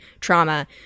trauma